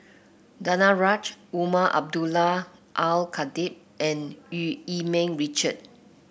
Danaraj Umar Abdullah Al Khatib and Eu Yee Ming Richard